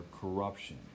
corruption